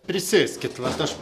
prisėskit vat aš